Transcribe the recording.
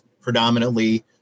predominantly